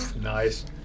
Nice